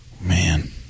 Man